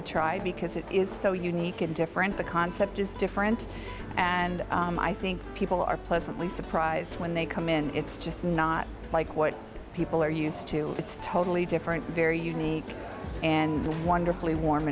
a try because it is so unique and different the concept is different and i think people are pleasantly surprised when they come in it's just not like what people are used to it's totally different very unique and wonderfully warm